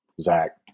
Zach